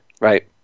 Right